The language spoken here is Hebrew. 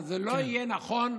אבל זה לא יהיה נכון,